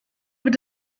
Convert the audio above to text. wird